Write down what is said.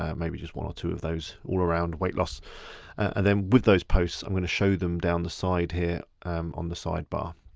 um maybe just one or two of those all around weight loss and then with those posts, i'm gonna show them down the side here on the sidebar,